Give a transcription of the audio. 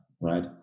right